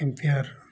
umpire